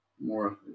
more